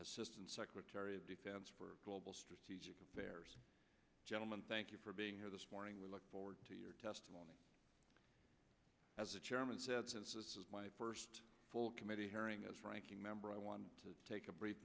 assistant secretary of defense for global strategic affairs gentlemen thank you for being here this morning we look forward to your testimony as a chairman said to my first full committee hearing as ranking member i want to take a break